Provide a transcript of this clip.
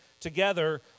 together